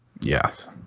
Yes